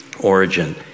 origin